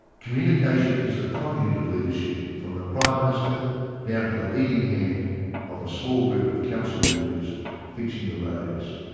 communication is the conduit of leadership from the prime minister down to the leading hand of a small group of council workers fixing the roads.